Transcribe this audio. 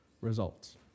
results